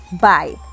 Bye